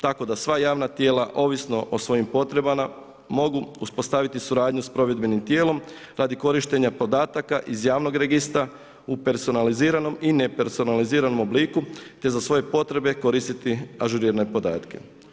Tako da sva javna tijela ovisno o svojim potrebama mogu uspostaviti suradnju sa provedbenim tijelom radi korištenja podataka iz javnog registra u personaliziranom i ne personaliziranom obliku te za svoje potrebe koristiti ažuriranje podatke.